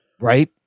Right